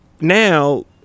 now